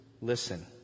listen